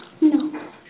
No